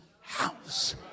house